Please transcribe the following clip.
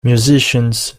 musicians